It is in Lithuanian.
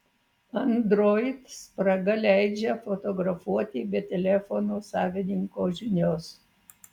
android spraga leidžia fotografuoti be telefono savininko žinios